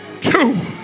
two